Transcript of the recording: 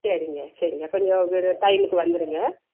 சரிங்க சரிங்க கொஞ்சம் இது டைமுக்கு வந்துடுங்க